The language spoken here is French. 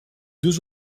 deux